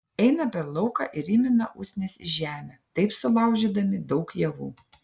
eina per lauką ir įmina usnis į žemę taip sulaužydami daug javų